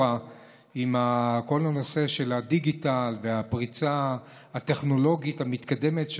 עם כל הנושא של הדיגיטל והפריצה הטכנולוגית המתקדמת.